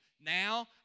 Now